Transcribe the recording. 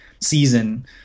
season